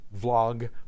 vlog